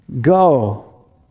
go